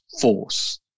Force